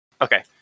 Okay